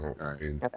Okay